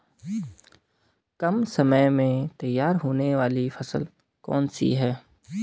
कम समय में तैयार होने वाली फसल कौन सी है?